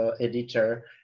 editor